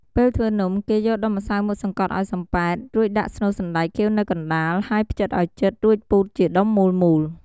ពេលធ្វើនំ គេយកដុំម្សៅមកសង្កត់ឱ្យសំប៉ែត រួចដាក់ស្នូលសណ្ដែកខៀវនៅកណ្តាល ហើយភ្ជិតឱ្យជិត រួចពូតជាដុំមូលៗ។